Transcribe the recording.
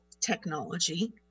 technology